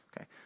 okay